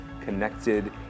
connected